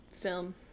Film